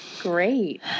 Great